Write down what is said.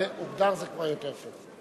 הוגדר זה כבר יותר טוב,